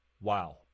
wow